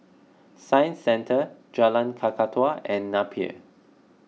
Science Centre Jalan Kakatua and Napier